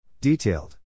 Detailed